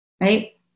right